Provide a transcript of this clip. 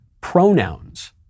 Pronouns